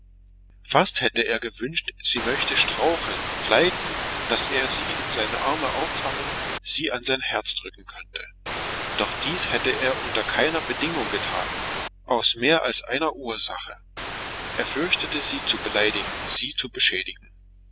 fast hätte er gewünscht sie möchte straucheln gleiten daß er sie in seine arme auffangen sie an sein herz drücken könnte doch dies hätte er unter keiner bedingung getan aus mehr als einer ursache er fürchtete sie zu beleidigen sie zu beschädigen